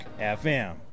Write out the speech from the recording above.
fm